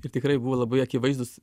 ir tikrai buvo labai akivaizdūs